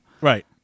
Right